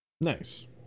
Nice